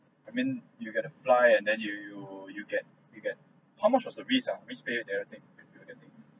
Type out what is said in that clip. I mean you get to fly and then you you you get you get how much was the risk ah risk pay the other thing you remember that thing